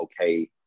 okay